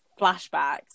flashbacks